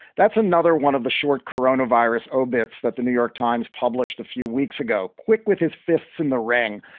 that's another one of the short corona virus obits that the new york times published a few weeks ago. quick, with his fists in the ring,